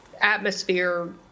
atmosphere